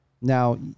Now